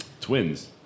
Twins